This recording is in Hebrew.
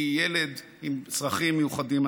כי ילד עם צרכים מיוחדים,